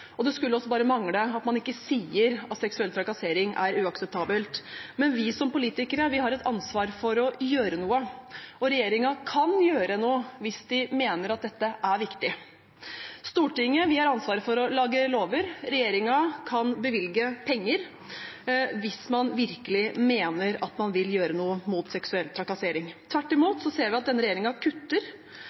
Det skulle også bare mangle at man ikke sier at seksuell trakassering er uakseptabelt. Men vi som politikere har et ansvar for å gjøre noe, og regjeringen kan gjøre noe hvis de mener at dette er viktig. Stortinget har ansvaret for å lage lover, regjeringen kan bevilge penger hvis man virkelig mener at man vil gjøre noe mot seksuell trakassering. Tvert imot ser vi at denne regjeringen kutter